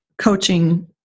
coaching